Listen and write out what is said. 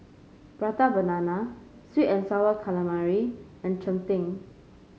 Prata Banana sweet and sour calamari and Cheng Tng